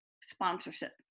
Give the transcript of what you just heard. sponsorship